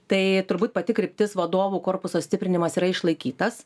tai turbūt pati kryptis vadovų korpuso stiprinimas yra išlaikytas